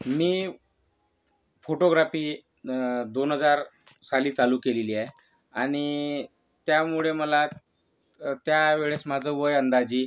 मी photography दोन हजार साली चालू केलेली आहे आणि त्यामुळे मला त्यावेळेस माझं वय अंदाजे